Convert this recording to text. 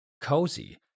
cozy